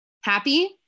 happy